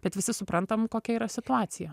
bet visi suprantam kokia yra situacija